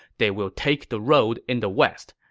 they will take the road in the west.